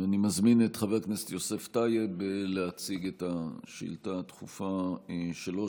אני מזמין את חבר הכנסת יוסף טייב להציג את השאילתה הדחופה שלו,